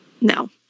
No